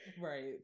Right